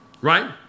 Right